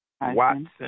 Watson